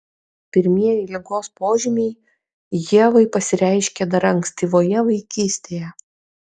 pirmieji ligos požymiai ievai pasireiškė dar ankstyvoje vaikystėje